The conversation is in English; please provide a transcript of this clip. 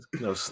No